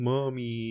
Mommy